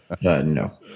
No